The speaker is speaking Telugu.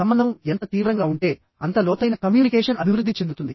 సంబంధం ఎంత తీవ్రంగా ఉంటేఅంత లోతైన కమ్యూనికేషన్ అభివృద్ధి చెందుతుంది